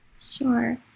Sure